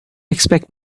expect